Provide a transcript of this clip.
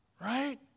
right